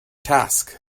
task